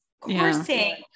coursing